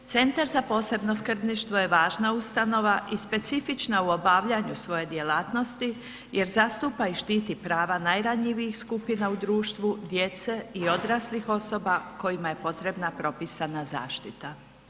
Centar za posebno skrbništvo je važna ustanova i specifična u obavljanju svoje djelatnosti jer zastupa i štiti prava najranjivijih skupina u društvu, djece i odraslih osoba kojima je potrebna propisana zaštita.